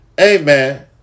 Amen